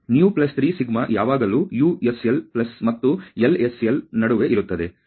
µ±3σ ಯಾವಾಗಲೂ USL ಮತ್ತು LSL ನಡುವೆ ಇರುತ್ತದೆ